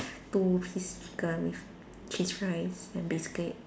two piece chicken with cheese fries and basically